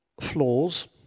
flaws